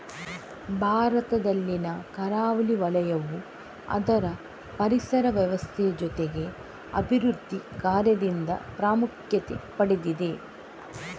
ಭಾರತದಲ್ಲಿನ ಕರಾವಳಿ ವಲಯವು ಅದರ ಪರಿಸರ ವ್ಯವಸ್ಥೆ ಜೊತೆ ಅಭಿವೃದ್ಧಿ ಕಾರ್ಯದಿಂದ ಪ್ರಾಮುಖ್ಯತೆ ಪಡೆದಿದೆ